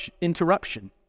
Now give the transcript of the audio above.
interruption